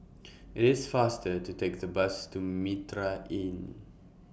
IT IS faster to Take The Bus to Mitraa Inn